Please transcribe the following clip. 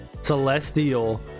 celestial